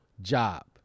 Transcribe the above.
job